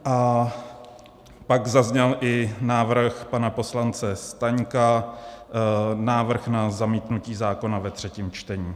A pak zazněl i návrh pana poslance Staňka na zamítnutí zákona ve třetím čtení.